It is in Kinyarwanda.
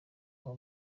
aho